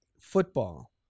football